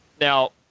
Now